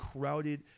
crowded